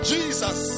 Jesus